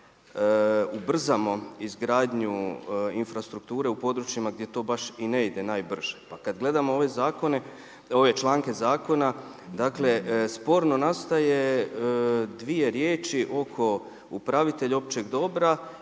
ubrzamo izgradnju infrastrukture u područjima gdje to baš i ne ide najbrže. Pa kada gledamo ove članke zakona, dakle sporno nastaje, dvije riječi oko upravitelja općeg dobra